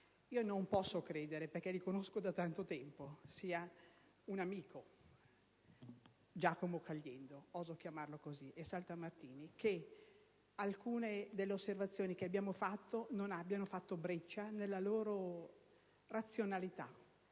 Non posso credere, perché vi conosco da tanto tempo, amico Giacomo Caliendo - oso chiamarlo così - e senatore Filippo Saltamartini, che alcune delle osservazioni che abbiamo fatto non abbiano fatto breccia nella vostra razionalità.